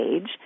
age